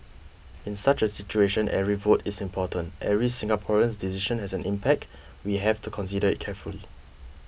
in such a situation every vote is important every Singaporean's decision has an impact we have to consider it carefully